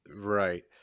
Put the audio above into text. right